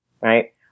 right